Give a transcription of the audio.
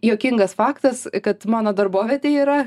juokingas faktas kad mano darbovietė yra